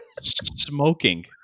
smoking